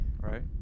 right